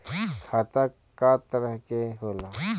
खाता क तरह के होला?